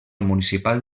municipal